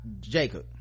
Jacob